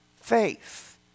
faith